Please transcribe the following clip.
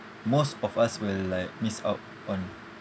most of us will like miss out on